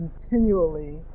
continually